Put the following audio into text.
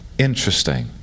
Interesting